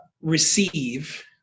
receive